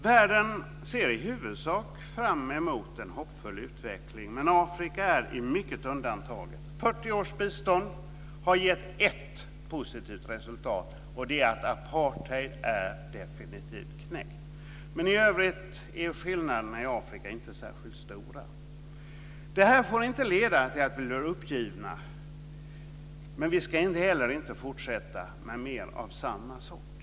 Världen ser i huvudsak fram emot en hoppfull utveckling, men Afrika är undantaget. 40 års bistånd har gett ett positivt resultat, och det är att apartheid definitivt är knäckt. Men i övrigt är skillnaderna i Afrika inte särskilt stora. Det här får inte leda till att vi blir uppgivna, men vi ska inte heller fortsätta med mer av samma sort.